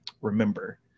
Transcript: remember